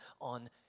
on